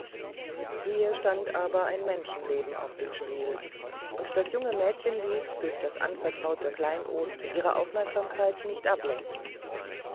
hier stand aber ein menschenleben auf dem spiel und das junge mädchen ließ durch das anvertraute kleinod ihre aufmerksamkeit nicht ablenken